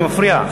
זה מפריע.